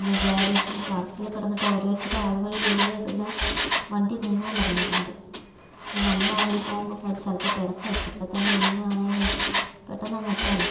വേറെ ഇപ്പം ട്രാഫിക്കില് കിടന്നിട്ട് ഓരോരുത്തർ ആ വഴി ഈ വഴിയെല്ലാം വണ്ടി നീങ്ങാന് തുടങ്ങിയിട്ടുണ്ട് അപ്പോൾ നമ്മൾ ആ വഴി പോകുമ്പോൾ ചിലപ്പോൾ തിരക്കായിരിക്കും ഇപ്പോൾ തന്നെ നീങ്ങുവാണെങ്കിൽ പെട്ടെന്നങ്ങ് എത്താമല്ലോ